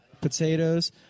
potatoes